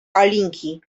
alinki